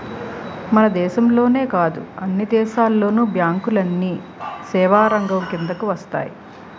మన దేశంలోనే కాదు అన్ని దేశాల్లోను బ్యాంకులన్నీ సేవారంగం కిందకు వస్తాయి